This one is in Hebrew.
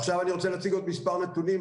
עכשיו אני רוצה להציג עוד מספר נתונים,